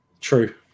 True